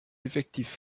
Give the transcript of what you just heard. effectifs